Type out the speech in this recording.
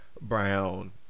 Brown